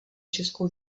českou